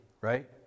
Right